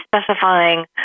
specifying